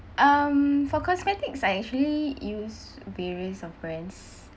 um for cosmetics I actually use various of brands